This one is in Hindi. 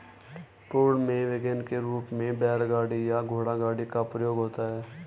पूर्व में वैगन के रूप में बैलगाड़ी या घोड़ागाड़ी का प्रयोग होता था